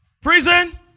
prison